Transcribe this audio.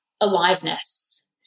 aliveness